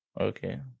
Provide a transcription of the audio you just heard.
Okay